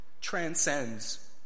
transcends